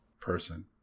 person